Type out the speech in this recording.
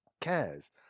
cares